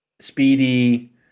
speedy